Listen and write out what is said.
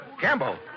Campbell